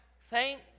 thank